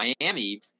Miami